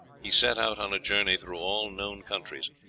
he set out on a journey through all known countries,